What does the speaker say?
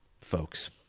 folks